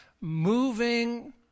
moving